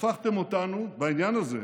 הפכתם אותנו בעניין הזה,